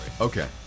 Okay